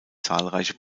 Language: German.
zahlreiche